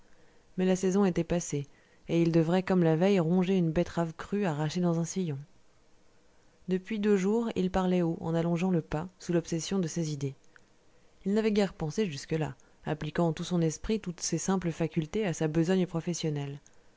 mais la saison était passée et il devrait comme la veille ronger une betterave crue arrachée dans un sillon depuis deux jours il parlait haut en allongeant le pas sous l'obsession de ses idées il n'avait guère pensé jusque-là appliquant tout son esprit toutes ses simples facultés à sa besogne professionnelle